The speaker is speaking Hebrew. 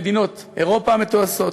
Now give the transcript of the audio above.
ממדינות אירופה המתועשות,